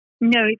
No